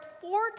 four